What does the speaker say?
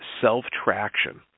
self-traction